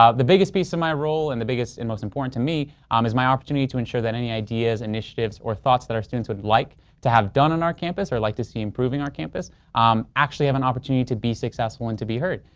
ah the biggest piece of my role and the biggest and most important to me um is my opportunity to ensure that any ideas initiatives or thoughts that our students would like to have done on our campus or like to see improving our campus um have an opportunity to be successful and to be heard.